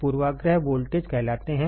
पूर्वाग्रह वोल्टेज कहलाते हैं